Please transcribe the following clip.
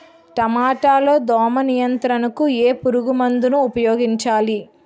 టమాటా లో దోమ నియంత్రణకు ఏ పురుగుమందును ఉపయోగించాలి?